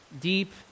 deep